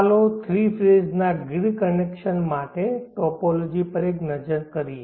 ચાલો three phase ના grid connection માટે ટોપોલોજી પર એક નજર કરીએ